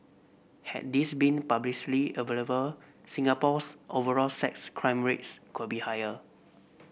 had these been publicly available Singapore's overall sex crime rates could be higher